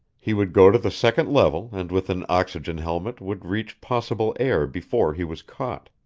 he would go to the second level and with an oxygen helmet would reach possible air before he was caught.